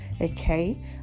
okay